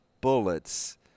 bullets